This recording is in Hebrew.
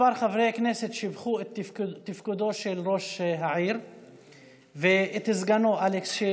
כמה חברי כנסת שיבחו את תפקודו של ראש העיר ואת סגנו אלכס.